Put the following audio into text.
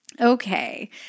Okay